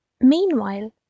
meanwhile